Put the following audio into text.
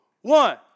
one